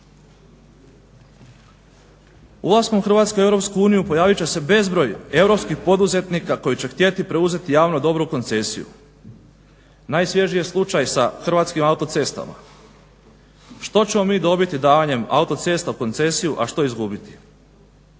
Ulaskom Hrvatske u Europsku uniju pojavit će se bezbroj europskih poduzetnika koji će htjeti preuzeti javno dobro u koncesiju. Najsvježi je slučaj sa Hrvatskim autocestama. Što ćemo mi dobiti davanjem autocesta u koncesiju, a što izgubiti?